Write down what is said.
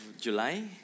July